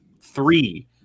three